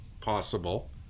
possible